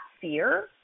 fear